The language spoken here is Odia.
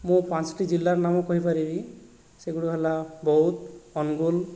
ମୁଁ ପାଞ୍ଚଟି ଜିଲ୍ଲାର ନାମ କହିପାରିବି ସେଗୁଡ଼ିକ ହେଲା ବୌଦ୍ଧ ଅନୁଗୁଳ